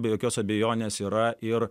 be jokios abejonės yra ir